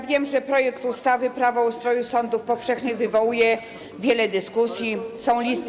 Wiem, że projekt ustawy Prawo o ustroju sądów powszechnych wywołuje wiele dyskusji, są listy.